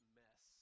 mess